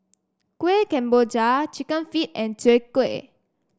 Kuih Kemboja Chicken Feet and Chwee Kueh